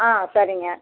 ஆ சரிங்க